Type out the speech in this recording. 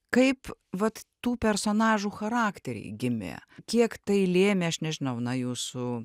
kaip vat tų personažų charakteriai gimė kiek tai lėmė aš nežinau na jūsų